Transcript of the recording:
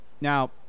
Now